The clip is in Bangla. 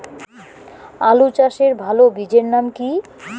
আলু চাষের ভালো বীজের নাম কি?